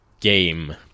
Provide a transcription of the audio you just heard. game